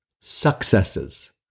successes